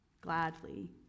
gladly